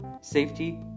safety